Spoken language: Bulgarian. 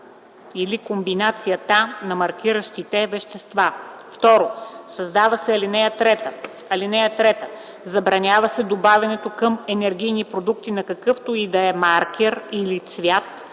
или комбинацията на маркиращите вещества”. 2. Създава се ал. 3: „(3) Забранява се добавянето към енергийни продукти на какъвто и да е маркер или цвят,